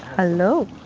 hello